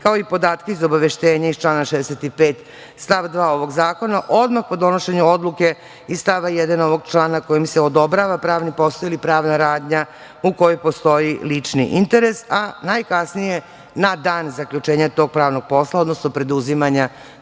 kao i podatke iz obaveštenja iz člana 65. stav. 2. ovog zakona, odmah po donošenju odluke iz stava 1. ovog člana kojim se odobrava pravni posao ili pravna radnja u kojoj postoji lični interes, a najkasnije na dan zaključenja tog pravnog posla, odnosno preduzimanja